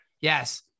Yes